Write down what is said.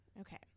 Okay